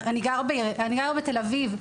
אני גרה בתל אביב.